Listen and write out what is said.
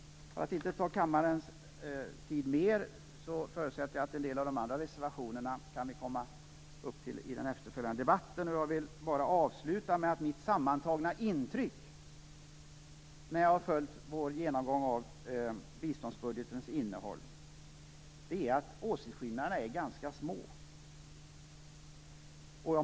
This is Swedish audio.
För att inte uppta kammarens tid ytterligare förutsätter jag att en del av de andra reservationerna tas upp i den efterföljande debatten. Jag vill avsluta med att mitt sammantagna intryck när jag har följt vår genomgång av biståndsbudgetens innehåll är att åsiktsskillnaderna är ganska små.